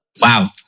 wow